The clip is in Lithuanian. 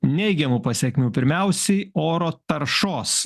neigiamų pasekmių pirmiausiai oro taršos